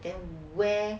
then where